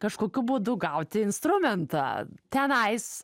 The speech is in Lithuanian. kažkokiu būdu gauti instrumentą tenais